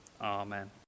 amen